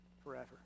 forever